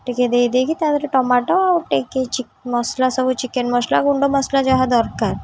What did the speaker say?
ଟିକେ ଦେଇଦେଇକି ତା ଦେହରେ ଟୋମାଟୋ ଆଉ ଟିକେ ମସଲା ସବୁ ଚିକେନ୍ ମସଲା ଗୁଣ୍ଡ ମସଲା ଯାହା ଦରକାର